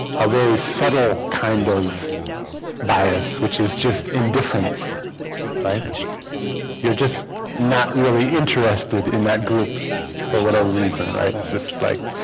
a very subtle kind of bias which is just indifference right you're just not really interested in that group for whatever reason right it's just like